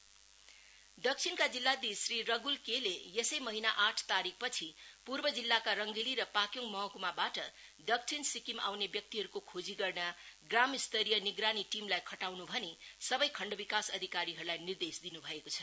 south DC अडर दक्षिणका जिल्लाधीश श्री रध्न केले यसै महिना आठ तारीखपछि पूर्व जिल्लाका रंगेली र पाक्योङ महक्माबाट दक्षिण सिक्किम आउने व्यक्तिहरूको खोजी गर्न ग्रामस्तरीय निगरानी टीमलाई खटाउन् भनी सबै खण्ड विकास अधिकारीलाई निर्देश दिन् भएको छ